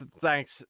thanks